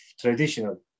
traditional